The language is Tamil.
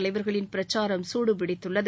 தலைவர்களின் பிரச்சாரம் சூடு பிடித்துள்ளது